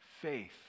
faith